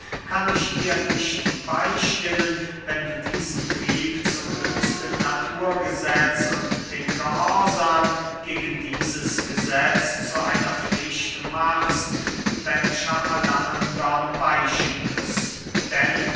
kann ich dir nicht beystimmen wenn du diesen trieb zum höchsten naturgesetz und den gehorsam gegen dieses gesetz zu einer pflicht machst welcher alle andern weichen müssen denn